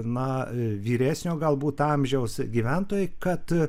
na vyresnio galbūt amžiaus gyventojai kad